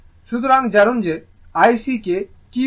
সুতরাং জানুন I C কে কি বলে